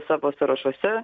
savo sąrašuose